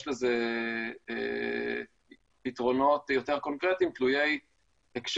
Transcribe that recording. יש לזה יתרונות יותר קונקרטיים תלויי הקשר.